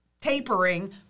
tapering